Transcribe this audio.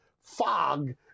fog